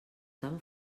tan